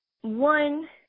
One